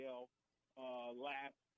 last